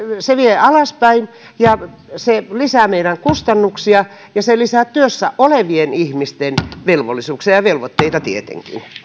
se vie alaspäin ja se lisää meidän kustannuksia ja se lisää työssä olevien ihmisten velvollisuuksia ja velvoitteita tietenkin